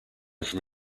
from